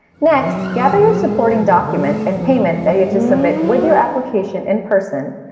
next, gather your supporting documents and payment that you have to submit with your application in person.